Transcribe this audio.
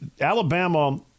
Alabama